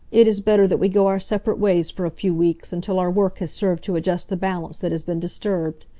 it is better that we go our separate ways for a few weeks, until our work has served to adjust the balance that has been disturbed.